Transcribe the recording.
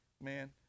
Man